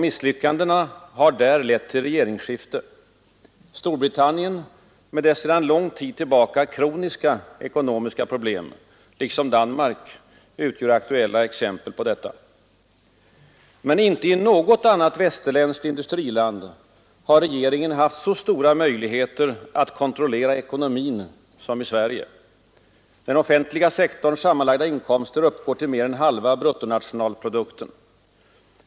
Misslyckandena har där lett till regeringsskifte. Storbritannien med sina sedan lång tid tillbaka kroniska ekonomiska problem utgör, liksom Danmark, ett aktuellt exempel på detta. Men inte i något annat västerländskt industriland har regeringen haft så stora möjligheter att kontrollera ekonomin som i Sverige. Den offentliga sektorns sammanlagda inkomster uppgår till mer än halva bruttonationalprodukten.